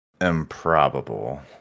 improbable